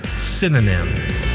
synonym